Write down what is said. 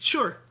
Sure